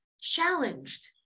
challenged